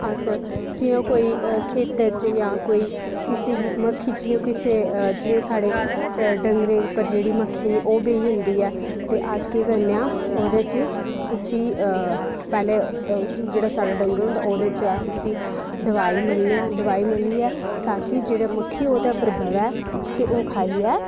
अस जि'यां कोई खेत्तर च जां कोई डंगरें उप्पर जेह्ड़ी मक्खी ओह् बेई जंदी ऐ ते अस केह् करने ओह्दे च उसी पैह्ले उसी जेह्ड़ा साढ़ा डंगर होंदा उसी अस उसी दोआई मल्लने आं दोआई मलियै तां जे जेह्ड़ी मक्खी ओह्दे उप्पर बह्वै ते खाइयै